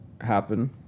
happen